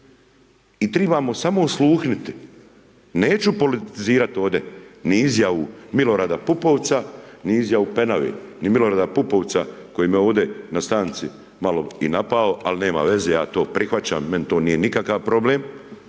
i tribamo samo osluhnuti, neću politizirati ovdje ni izjavu Milorada Pupovca ni izjavu Penave, ni Milorada Pupovca koji me ovdje na stanci malo i napao, ali nema veze, ja to prihvaćam, meni to nije nikakav problem,